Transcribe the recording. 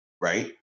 right